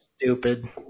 stupid